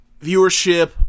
viewership